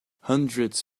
hundreds